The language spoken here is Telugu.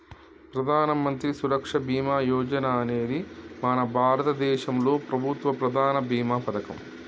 ప్రధానమంత్రి సురక్ష బీమా యోజన అనేది మన భారతదేశంలో ప్రభుత్వ ప్రధాన భీమా పథకం